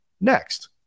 next